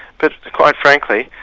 but quite frankly,